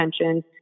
attention